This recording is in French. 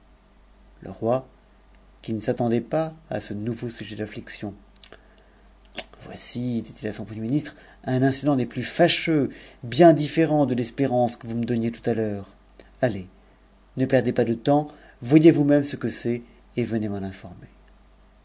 le roi qui ne s'attendait pas à ce nouveau sujet d'amiction voici son premier ministre un incident des plus fâcheux bien différent espérance que vous me donniez tout à l'heure allez ne perdez pas ps voyez vous-même ce que c'est et venez m'en informer